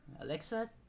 Alexa